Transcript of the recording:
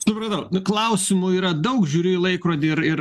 supratau klausimų yra daug žiūriu į laikrodį ir ir